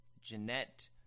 Jeanette